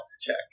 check